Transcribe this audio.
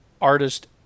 artist